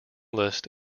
list